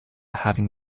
having